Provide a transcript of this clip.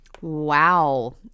Wow